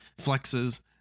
flexes